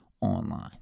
online